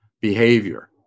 behavior